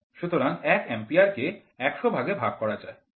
সুতরাং ১ Amp কে ১০০ ভাগে ভাগ করা যায়